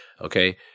okay